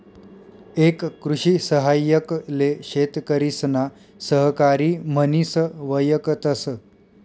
एक कृषि सहाय्यक ले शेतकरिसना सहकारी म्हनिस वयकतस